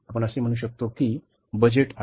आपण असे म्हणू शकतो की हे बजेट आहे